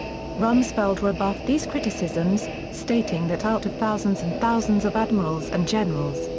rumsfeld rebuffed these criticisms, stating that out of thousands and thousands of admirals and generals,